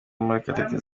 murekatete